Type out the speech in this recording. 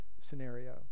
scenario